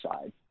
side